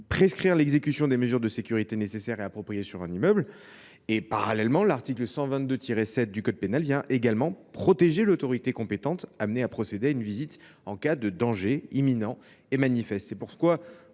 prescrire l’exécution des mesures de sécurité nécessaires et appropriées sur un immeuble. Par ailleurs, l’article 122 7 du code pénal protège l’autorité compétente amenée à procéder à une visite en cas de danger imminent et manifeste.